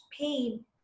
pain